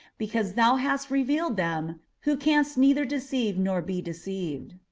because thou hast revealed them, who canst neither deceive nor be deceived.